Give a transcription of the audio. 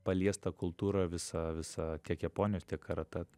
paliest tą kultūrą visą visą tiek japonijos tiek karatė